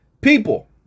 People